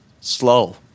slow